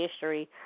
history